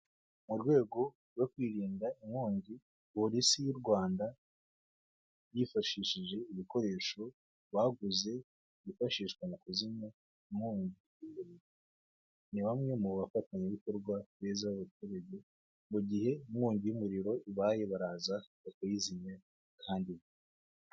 Mu rwego rwo kwirinda inkongi polisi y'u Rwanda yifashishije ibikoresho baguze bifashishwa mu kuzimya inkongi y'umuriro. ni bamwe mu bafatanyabikorwa beza babaturage mu gihe inkongi y'umuriro ibaye baraza bakayizimya kandi.